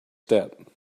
step